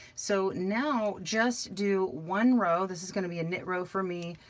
so now just do one row. this is gonna be a knit row for me,